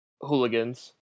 hooligans